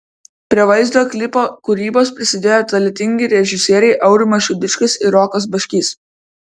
prie vaizdo klipo kūrybos prisidėjo talentingi režisieriai aurimas šidiškis ir rokas baškys